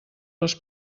les